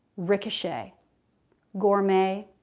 ricochet gourmet,